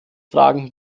fragen